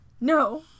No